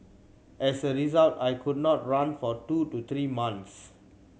as a result I could not run for two to three months